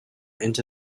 into